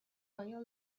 آیا